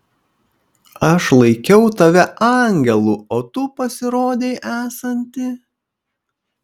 aš laikiau tave angelu o tu pasirodei esanti